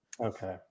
Okay